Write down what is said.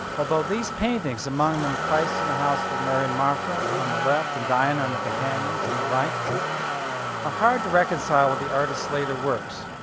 although these paintings, among them christ in the house of mary and martha, on the left, and diana and her companions on the right are ah hard to reconcile with the artist's later works.